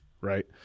right